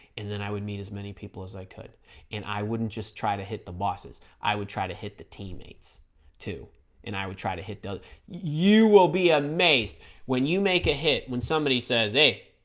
and then i would meet as many people as i could and i wouldn't just try to hit the bosses i would try to hit the teammates too and i would try to hit those you will be amazed when you make a hit when somebody says it